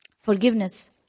forgiveness